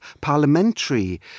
parliamentary